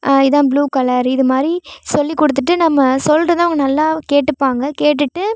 இதான் blue colour இதுமாதிரி சொல்லிக் கொடுத்துட்டு நம்ம சொல்றதை அவங்க நல்லா கேட்டுப்பாங்க கேட்டுகிட்டு